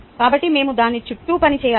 కాబట్టి మేము దాని చుట్టూ పనిచేయాలి